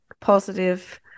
positive